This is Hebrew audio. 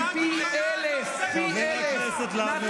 מי שמצביע נגד,